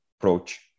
approach